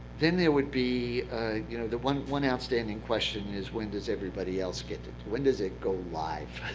then there would be you know the one one outstanding question is, when does everybody else get it? when does it go live?